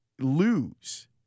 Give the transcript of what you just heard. lose